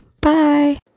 bye